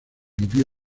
vivió